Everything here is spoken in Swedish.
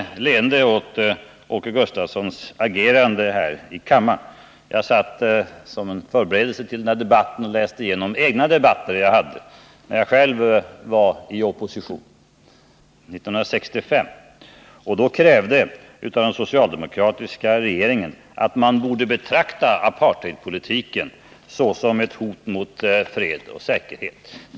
När, Ola Ullsten, skall dessa ord omsättas i handling? När tar Ola Ullsten initiativ till ett nationellt agerande? Ett sådant skulle förmodligen få samma verkan som den som åstadkoms genom den tidigare antagna lagen, nämligen att vi fick internationell uppmärksamhet.